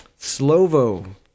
Slovo